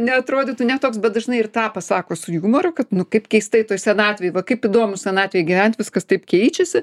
neatrodytų ne toks bet dažnai ir tą pasako su jumoru kad nu kaip keistai toj senatvėj va kaip įdomu senatvėj gyvent viskas taip keičiasi